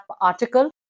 article